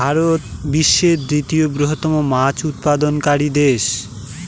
ভারত বিশ্বের তৃতীয় বৃহত্তম মাছ উৎপাদনকারী দেশ